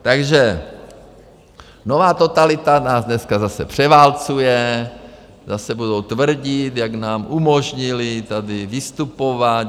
Takže nová totalita nás dneska zase převálcuje, zase budou tvrdit, jak nám umožnili tady vystupovat.